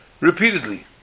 repeatedly